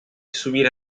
subir